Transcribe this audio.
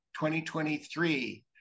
2023